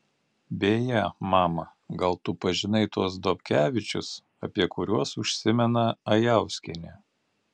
beje mama gal tu pažinai tuos dobkevičius apie kuriuos užsimena ajauskienė